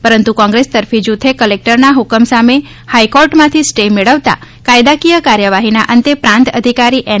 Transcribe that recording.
પરંતુ કોંગ્રેસ તરફી જૂથે કલેકટરના હ્કમ સામે હાઈકોર્ટમાંથી સ્ટે મેળવતા કાયદાકીય કાર્યવાહીના અંતે પ્રાંત અધિકારી એન